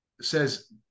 says